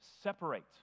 separate